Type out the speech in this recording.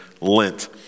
Lent